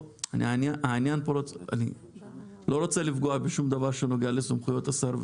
אני לא רוצה לפגוע בשום דבר שנוגע לסמכויות השר וכולי,